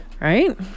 Right